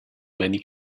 many